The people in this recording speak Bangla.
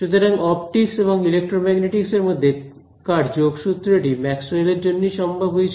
সুতরাং অপটিকস এবং ইলেক্ট্রোম্যাগনেটিকস এর মধ্যে কার যোগসূত্রটি ম্যাক্সওয়েল এর জন্য ই সম্ভব হয়েছিল